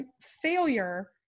failure